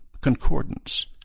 concordance